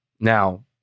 Now